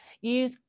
use